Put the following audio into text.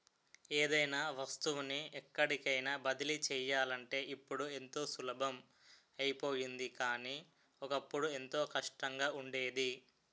ఏదైనా వస్తువుని ఎక్కడికైన బదిలీ చెయ్యాలంటే ఇప్పుడు ఎంతో సులభం అయిపోయింది కానీ, ఒకప్పుడు ఎంతో కష్టంగా ఉండేది